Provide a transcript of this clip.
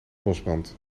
bosbrand